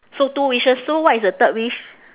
so two wishes so what is the third wish